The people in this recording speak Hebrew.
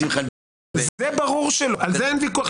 זה ברור שלא, על זה אין ויכוח.